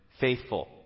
faithful